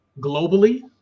globally